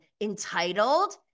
entitled